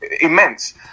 immense